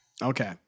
Okay